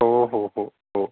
हो हो हो हो